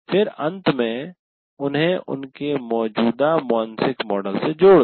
फिर अंत में उन्हें उनके मौजूदा मानसिक मॉडल से जोड़ दें